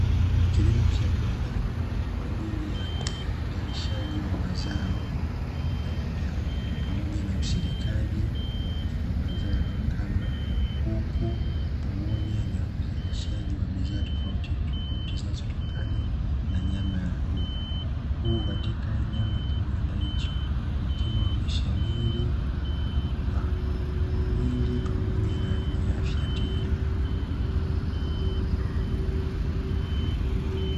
Kilimo cha viwandani kwa ajili ya uzalishaji wa mazao pamoja na usindikaji wa mazao kama kuku pamoja na uzalishaji wa bidhaa tofautitofauti zinazotokana na nyama ya kuku. Huku katika eneo la kiwanda wakiwa wameshamiri kwa wingi pamoja na wenye afya tele.